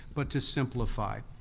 but to simplify.